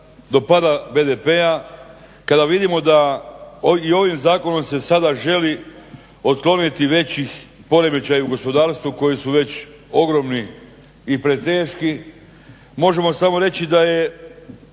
kada vidimo da i ovim zakonom se sada želi otkloniti veći poremećaja u gospodarstvu koji su već ogromni i preteški možemo samo reći da je